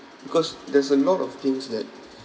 because there's a lot of things that